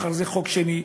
מחר זה חוק שני,